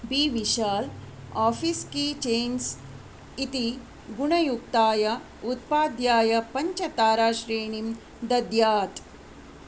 B Vishal office key chains इति गुणयुक्ताय उत्पाद्याय पञ्चताराश्रेणीं दद्यात्